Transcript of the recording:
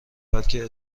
بلکه